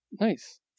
nice